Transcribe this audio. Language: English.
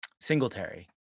Singletary